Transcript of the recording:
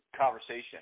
conversation